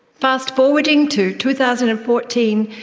fast forwarding to two thousand and fourteen,